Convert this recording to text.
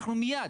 אנחנו מיד